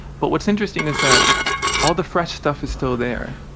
but what's interesting is that all the fresh stuff is still there.